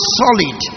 solid